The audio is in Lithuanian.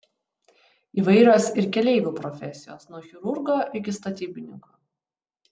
įvairios ir keleivių profesijos nuo chirurgo iki statybininko